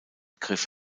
griff